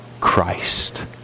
Christ